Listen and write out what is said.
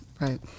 Right